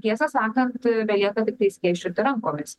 tiesą sakant belieka tiktai skėsčioti rankomis